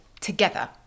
together